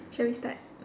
shall we start